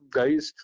guys